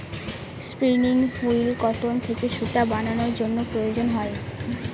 spinning wheel cotton থেকে সুতা বানানোর জন্য প্রয়োজন হয়